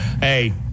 Hey